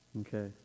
okay